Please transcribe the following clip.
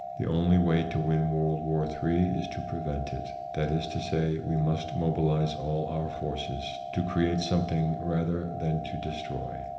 the only way to win world war iii is to prevent it. that is to say, we must mobilize all our forces to create something rather than to de stroy.